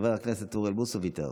חבר הכנסת אוריאל בוסו ויתר.